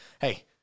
hey